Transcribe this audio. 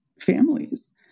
families